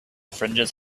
fringes